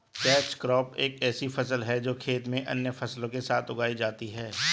catch crop एक ऐसी फसल है जो खेत में अन्य फसलों के साथ उगाई जाती है